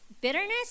Bitterness